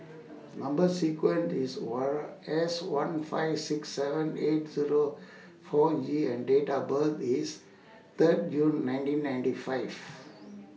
Number sequence IS S one five six seven eight Zero four G and Date of birth IS Third June nineteen ninety five